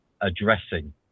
addressing